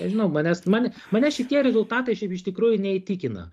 nežinau manęs man mane šitie rezultatai šiaip iš tikrųjų neįtikina